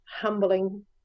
humbling